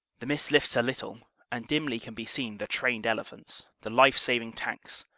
the mist lifts a little and dimly can be seen the trained elephants, the life-saving tanks,